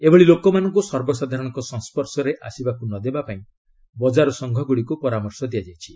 ଏଭଳି ଲୋକମାନଙ୍କୁ ସର୍ବସାଧାରଣଙ୍କ ସଂସର୍ଶରେ ଆସିବାକୁ ନ ଦେବାପାଇଁ ବଜାର ସଂଘଗୁଡ଼ିକୁ ପରାମର୍ଶ ଦିଆଯାଇଛି